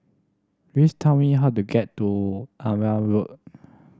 please tell me how to get to Marne Road